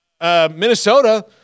Minnesota